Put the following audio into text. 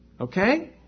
Okay